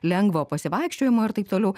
lengvo pasivaikščiojimo ir taip toliau